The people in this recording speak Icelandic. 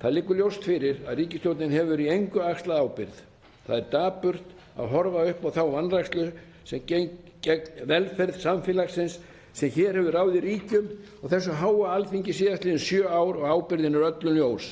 Það liggur ljóst fyrir að ríkisstjórnin hefur í engu axlað ábyrgð. Það er dapurt að horfa upp á þá vanrækslu sem gengur gegn velferð samfélagsins og hefur ráðið ríkjum á þessu háa Alþingi síðastliðin sjö ár. Ábyrgðin er öllum ljós.